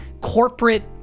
corporate